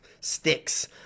sticks